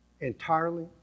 Entirely